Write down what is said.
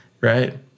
Right